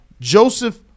Joseph